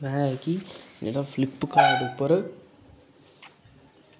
एह् की मेरा फ्लिपकार्ट उप्पर